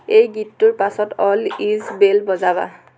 এই গীতটোৰ পাছত অল ইজ ৱেল বজাবা